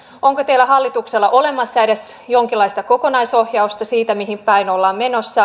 onko teillä hallituksella olemassa edes jonkinlaista kokonaisohjausta siitä mihin päin ollaan menossa